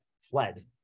fled